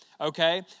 okay